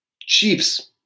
Chiefs